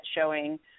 showing